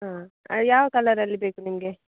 ಹಾಂ ಯಾವ ಕಲ್ಲರಲ್ಲಿ ಬೇಕು ನಿಮಗೆ